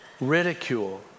ridicule